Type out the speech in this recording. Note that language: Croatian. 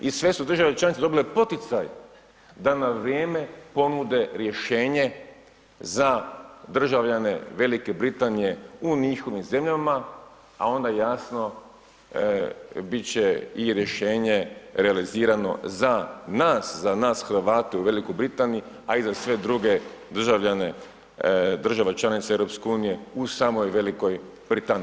I sve su države članice dobile poticaj da na vrijeme ponude rješenje za državljane Velike Britanije u njihovim zemljama, a onda jasno biti će i rješenje realizirano za nas za nas Hrvate u Velikoj Britaniji, a i za sve druge državljane države članice EU u samoj Velikoj Britaniji.